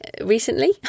recently